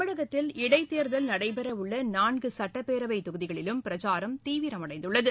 தமிழகத்தில் இடைத்தேர்தல் நடைபெறவுள்ள நான்கு சுட்டப்பேரவைத் தொகுதிகளிலும் பிரச்சாரம் தீவிரமடைந்துள்ளது